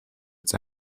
its